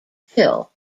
fill